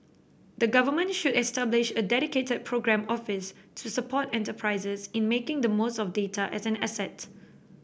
the Government should establish a dedicated programme office to support enterprises in making the most of data as an asset